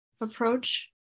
approach